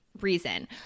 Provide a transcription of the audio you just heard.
reason